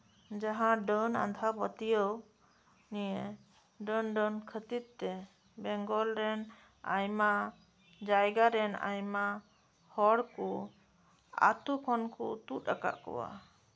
ᱡᱟᱦᱟᱸ ᱰᱟᱹᱱ ᱟᱸᱫᱷᱟ ᱯᱟᱹᱛᱭᱟᱹᱣ ᱱᱤᱭᱟᱹ ᱰᱟᱹᱱᱼᱰᱟᱹᱱ ᱠᱷᱟᱹᱛᱤᱨ ᱛᱮ ᱵᱮᱝᱜᱚᱞ ᱨᱮᱱ ᱟᱭᱢᱟ ᱡᱟᱭᱜᱟ ᱨᱮᱱ ᱟᱭᱢᱟ ᱦᱚᱲ ᱠᱩ ᱟᱛᱩ ᱠᱷᱚᱱ ᱠᱚ ᱛᱩᱫ ᱟᱠᱟᱫ ᱠᱚᱣᱟ